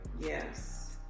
Yes